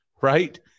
right